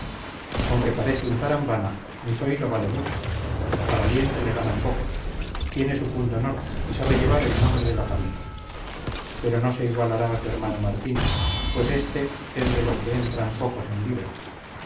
aunque parece un tarambana mi zoilo vale mucho a valiente le ganan pocos tiene su pundonor y sabe llevar el nombre de la familia pero no se igualará a su hermano martín pues este es de los que entran pocos en libra